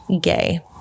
gay